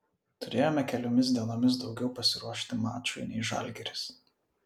turėjome keliomis dienomis daugiau pasiruošti mačui nei žalgiris